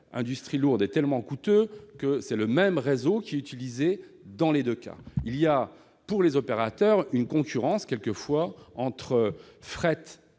industrie lourde, est tellement coûteux que c'est le même réseau qui est utilisé dans les deux cas. Pour les opérateurs, il y a quelquefois une